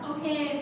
Okay